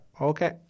okay